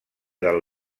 del